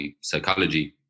psychology